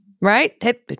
right